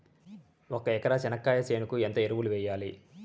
ఒక ఎకరా చెనక్కాయ చేనుకు ఎంత ఎరువులు వెయ్యాలి?